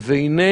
והינה,